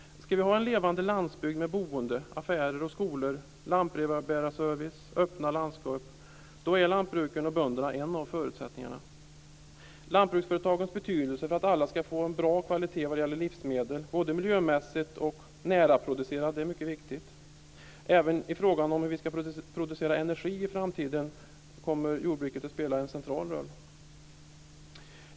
Skall vi ha en levande landsbygd med boende, affärer, skolor, lantbrevbärarservice och öppna landskap är lantbrukarna och bönderna en av förutsättningarna. Lantbruksföretagens betydelse för att alla skall få en bra kvalitet vad gäller livsmedel, både miljömässigt och näraproducerad, är mycket viktigt. Även i frågan om hur vi skall producera energi i framtiden kommer jordbruket att spela en central roll.